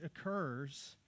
occurs